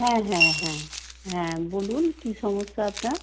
হ্যাঁ হ্যাঁ হ্যাঁ হ্যাঁ বলুন কী সমস্যা আপনার